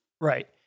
Right